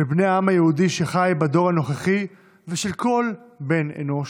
של בני העם היהודי שחי בדור הנוכחי ושל כל בן אנוש,